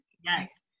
yes